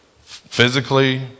physically